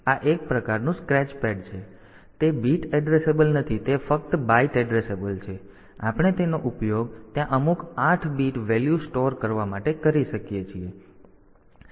આ એક પ્રકારનું સ્ક્રૅચપેડ છે પરંતુ તે બીટ એડ્રેસેબલ નથી તે ફક્ત બાઈટ એડ્રેસેબલ છે પરંતુ આપણે તેનો ઉપયોગ ત્યાં અમુક 8 બીટ વેલ્યુ સ્ટોર કરવા માટે કરી શકીએ છીએ